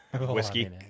whiskey